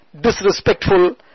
disrespectful